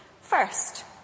first